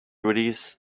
release